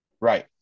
Right